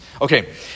Okay